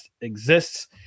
exists